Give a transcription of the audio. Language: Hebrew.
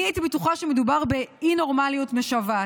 אני הייתי בטוחה שמדובר באי-נורמליות משוועת.